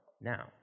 now